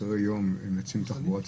בתחבורה ציבורית?